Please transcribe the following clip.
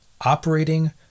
operating